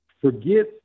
Forget